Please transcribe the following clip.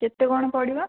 କେତେ କ'ଣ ପଡ଼ିବ